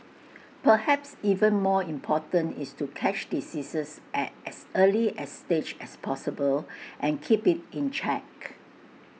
perhaps even more important is to catch diseases at as early A stage as possible and keep IT in check